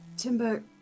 Timber